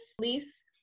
lease